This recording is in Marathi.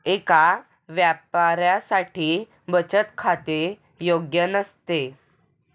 एका व्यापाऱ्यासाठी बचत खाते योग्य नसते